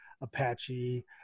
Apache